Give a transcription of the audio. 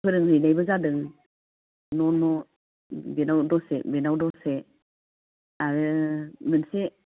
फोरोंहैनायबो जादों न' न' बिनाव दसे बिनाव दसे आरो मोनसे